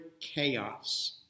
chaos